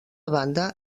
banda